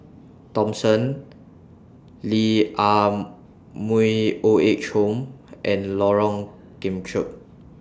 Thomson Lee Ah Mooi Old Age Home and Lorong Kemunchup